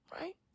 Right